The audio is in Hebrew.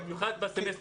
כן.